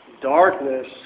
darkness